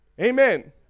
Amen